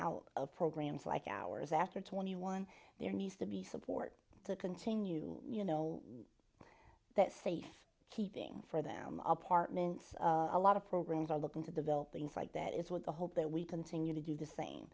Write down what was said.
out of programs like ours after twenty one there needs to be support to continue you know that safe keeping for them apartments a lot of programs are looking to develop things like that it's with the hope that we continue to do the